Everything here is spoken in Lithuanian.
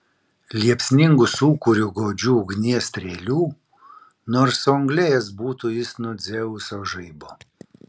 liepsningu sūkuriu godžių ugnies strėlių nors suanglėjęs būtų jis nuo dzeuso žaibo